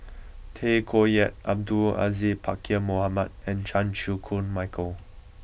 Tay Koh Yat Abdul Aziz Pakkeer Mohamed and Chan Chew Koon Michael